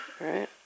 right